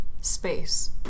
Space